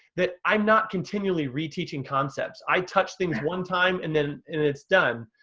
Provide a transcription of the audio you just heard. that i'm not continually reteaching concepts. i touch things one time and then it's done.